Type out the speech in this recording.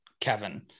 kevin